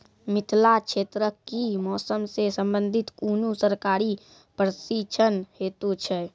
मिथिला क्षेत्रक कि मौसम से संबंधित कुनू सरकारी प्रशिक्षण हेतु छै?